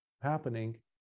happening